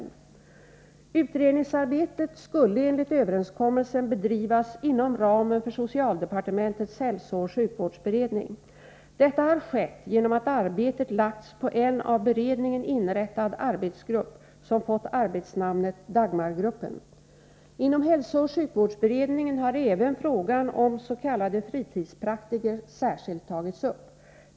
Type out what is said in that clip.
Utredningsarbetet skulle enligt överenskommelsen bedrivas inom ramen för socialdepartementets hälsocoh sjukvårdsberedning. Detta har skett genom att arbetet lagts på en av beredningen inrättad arbetsgrupp som fått arbetsnamnet ”Dagmargruppen”. Inom hälsooch sjukvårdsberedningen har även frågan om s.k. fritidspraktiker särskilt tagits upp.